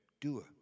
doer